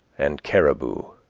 and caribou.